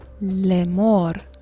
lemor